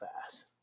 fast